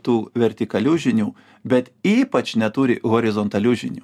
tų vertikalių žinių bet ypač neturi horizontalių žinių